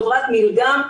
חברת "מילגם",